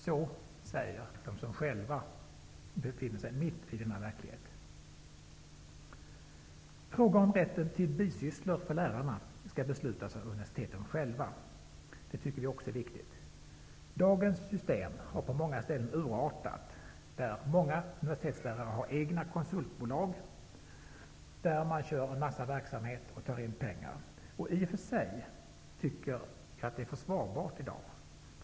Så säger de som själva befinner sig mitt i denna verklighet. Vi anser att rätten till bisysslor skall bestämmas av universiteten själva. Också det tycker vi är viktigt. Dagens system har på många ställen urartat. Många universitetslärare har egna konsultbolag där de bedriver en mängd verksamheter och tar in pengar. I och för sig kan detta vara försvarbart i dag.